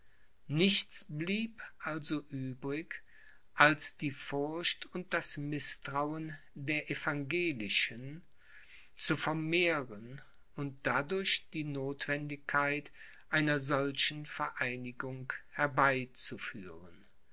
nichts blieb also übrig als die furcht und das mißtrauen der evangelischen zu vermehren und dadurch die nothwendigkeit einer solchen vereinigung herbei